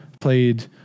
played